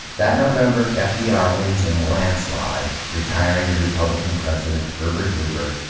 that november, fdr wins in a landslide, retiring the republican president, herbert hoover,